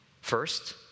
First